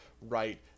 right